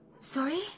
Sorry